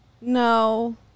No